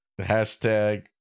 Hashtag